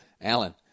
Alan